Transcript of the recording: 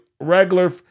regular